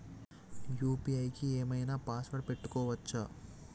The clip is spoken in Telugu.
యూ.పీ.ఐ కి ఏం ఐనా పాస్వర్డ్ పెట్టుకోవచ్చా?